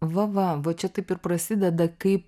va va va čia taip ir prasideda kaip